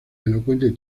elocuente